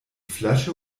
flasche